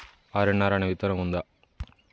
RNR అనే విత్తనం ఉందా?